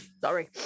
Sorry